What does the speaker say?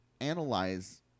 analyze